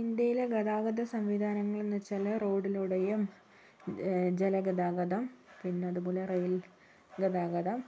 ഇന്ത്യയിലെ ഗതാഗത സംവിധാനങ്ങളെന്ന് വച്ചാല് റോഡിലുടെയും ജല ഗതാഗതം പിന്നതുപോലെ റെയിൽ ഗതാഗതം